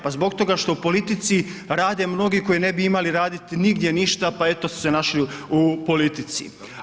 Pa zbog toga što u politici rade mnogi koji ne bi imali raditi nigdje ništa pa eto su se našli u politici.